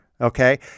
okay